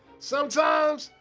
sometimes,